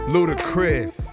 Ludacris